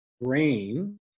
brain